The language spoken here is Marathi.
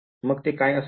मग ते काय असेल